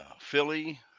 Philly